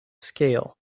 scale